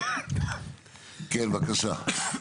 כן, בבקשה.